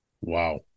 Wow